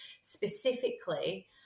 specifically